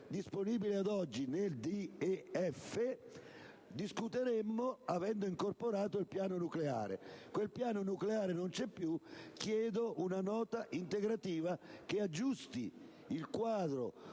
disponibili ad oggi (D, E e F), discuteremmo avendo incorporato il piano nucleare, quel piano nucleare che non c'è più. Chiedo allora una nota integrativa che aggiusti il quadro